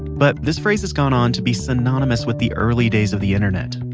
but this phrase has gone on to be synonymous with the early days of the internet,